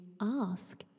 ask